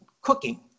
cooking